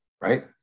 right